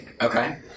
Okay